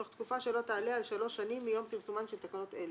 תוך תקופה שלא תעלה על שלוש שנים מיום פרסומן של תקנות אלה".